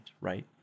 right